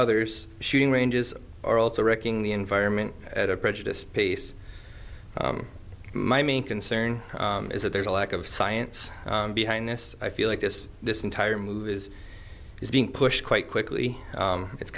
others shooting ranges are also wrecking the environment at a prejudiced pace my main concern is that there's a lack of science behind this i feel like this this entire move is being pushed quite quickly it's